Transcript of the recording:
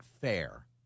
fair